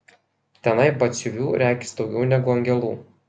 tenai batsiuvių regis daugiau negu angelų